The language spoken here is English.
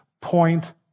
point